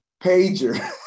pager